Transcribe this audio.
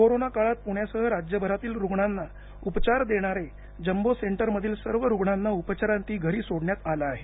corona काळात प्ण्यासह राज्यभरातील रूग्णांना उपचार देणारे जम्बो सेंटरमधील सर्व रूग्णांना उपचारांती घरी सोडण्यात आले आहे